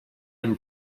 end